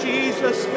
Jesus